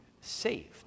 saved